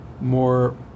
more